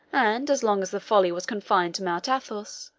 and as long as the folly was confined to mount athos,